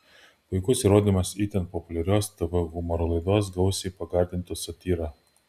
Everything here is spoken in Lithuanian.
puikus įrodymas itin populiarios tv humoro laidos gausiai pagardintos satyra